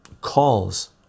calls